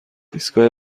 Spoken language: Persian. ایستگاه